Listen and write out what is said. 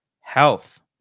health